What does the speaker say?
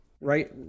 right